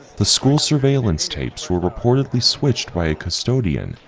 the school surveillance tapes were reportedly switched by a custodian,